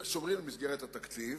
סוגרים את מסגרת התקציב.